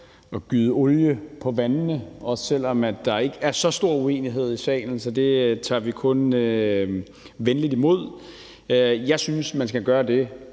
at gyde olie på vandene, også selv om der ikke er så stor uenighed i salen, så det tager vi kun venligt imod. Jeg synes, man skal gøre det